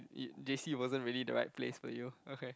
you J_C it wasn't really the right place for you okay